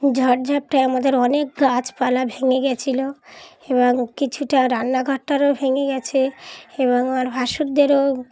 ঝট ঝাপটায় আমাদের অনেক গাছপালা ভেঙে গিয়েছিলো এবং কিছুটা রান্নাঘরটারও ভেঙে গিয়েছে এবং আমার ভাসুরদেরও